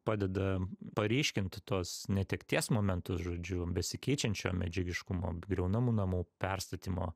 padeda paryškint tuos netekties momentus žodžiu besikeičiančio medžiagiškumo griaunamų namų perstatymo